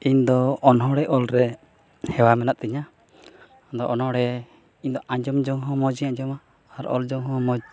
ᱤᱧᱫᱚ ᱚᱱᱚᱲᱦᱮ ᱚᱞᱨᱮ ᱦᱮᱣᱟ ᱢᱮᱱᱟᱜ ᱛᱤᱧᱟᱹ ᱟᱫᱚ ᱚᱱᱚᱲᱦᱮ ᱤᱧᱫᱚ ᱟᱸᱡᱚᱢ ᱡᱚᱝ ᱦᱚᱸ ᱢᱚᱡᱤᱧ ᱟᱸᱡᱚᱢᱟ ᱟᱨ ᱚᱞ ᱡᱚᱝ ᱦᱚᱸ ᱢᱚᱡᱽ